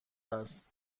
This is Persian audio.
است